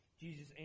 Jesus